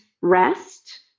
rest